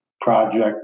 project